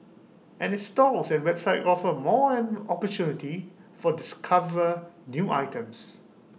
and its stores and website offer more an opportunity for discover new items